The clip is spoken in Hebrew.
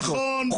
נכון.